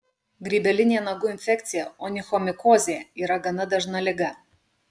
grybelinė nagų infekcija onichomikozė yra gana dažna liga